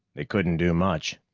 they couldn't do much.